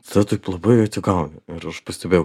tada taip labai atsigauni ir aš pastebėjau